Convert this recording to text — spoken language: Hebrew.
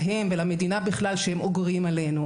להם ולמדינה בכלל שהם אוגרים עלינו,